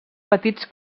petits